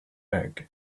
egg